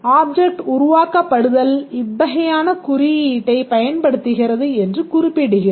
object உருவாக்கப்படுதல் இவ்வகையான குறியீட்டைப் பயன்படுத்துகிறது என்று குறிப்பிடுகிறோம்